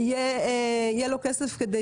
יהיה לו כסף כדי